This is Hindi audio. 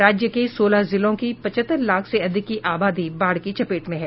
राज्य के सोलह जिलों की पचहत्तर लाख से अधिक की आबादी बाढ़ की चपेट में है